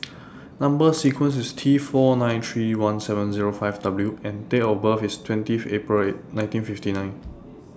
Number sequence IS T four nine three one seven Zero five W and Date of birth IS twentieth April nineteen fifty nine